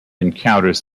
encounters